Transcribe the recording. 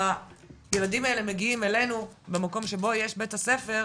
הילדים האלה מגיעים אלינו במקום שבו יש בית ספר,